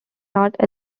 not